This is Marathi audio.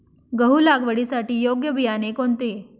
गहू लागवडीसाठी योग्य बियाणे कोणते?